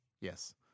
Yes